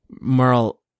Merle